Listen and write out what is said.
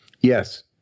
yes